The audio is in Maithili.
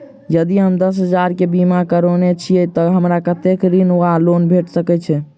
यदि हम दस हजार केँ बीमा करौने छीयै तऽ हमरा कत्तेक ऋण वा लोन भेट सकैत अछि?